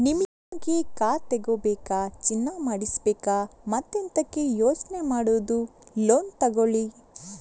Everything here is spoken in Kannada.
ನಿಮಿಗೆ ಕಾರ್ ತಗೋಬೇಕಾ, ಚಿನ್ನ ಮಾಡಿಸ್ಬೇಕಾ ಮತ್ತೆಂತಕೆ ಯೋಚನೆ ಮಾಡುದು ಲೋನ್ ತಗೊಳ್ಳಿ